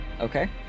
Okay